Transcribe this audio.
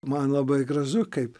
man labai gražu kaip